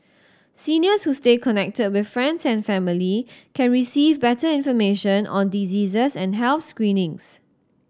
seniors who stay connected with friends and family can receive better information on diseases and health screenings